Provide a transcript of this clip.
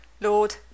Lord